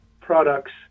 products